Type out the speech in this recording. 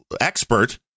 expert